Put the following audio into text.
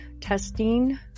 testing